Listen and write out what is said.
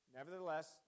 Nevertheless